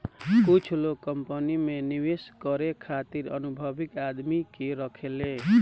कुछ लोग कंपनी में निवेश करे खातिर अनुभवी आदमी के राखेले